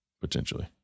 potentially